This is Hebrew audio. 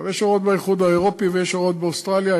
יש הוראות באיחוד האירופי ויש הוראות באוסטרליה.